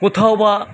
কোথাও বা